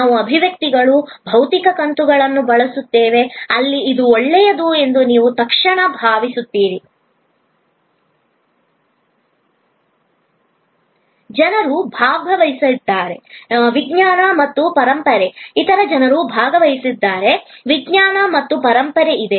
ನಾವು ಅಭಿವ್ಯಕ್ತಿಗಳು ಭೌತಿಕ ಕಂತುಗಳನ್ನು ಬಳಸುತ್ತೇವೆ ಅಲ್ಲಿ ಇದು ಒಳ್ಳೆಯದು ಎಂದು ನೀವು ತಕ್ಷಣ ಭಾವಿಸುತ್ತೀರಿ ಇತರಜನರು ಭಾಗವಹಿಸಿದ್ದಾರೆ ವಿಜ್ಞಾನ ಮತ್ತು ಪರಂಪರೆ ಇದೆ